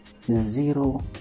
zero